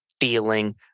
feeling